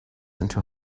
into